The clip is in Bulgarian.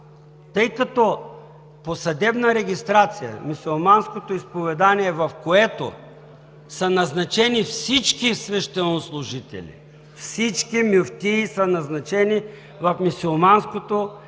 тъй като по съдебна регистрация мюсюлманското изповедание, в което са назначени всички свещенослужители, всички мюфтии са назначени в мюсюлманското изповедание